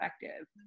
effective